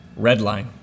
Redline